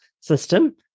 system